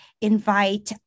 invite